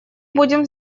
будем